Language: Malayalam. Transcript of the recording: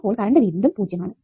അപ്പോൾ കറണ്ട് വീണ്ടും 0 ആണ്